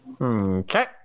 Okay